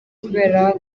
kubera